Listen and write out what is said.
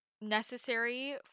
necessary